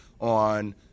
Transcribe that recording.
on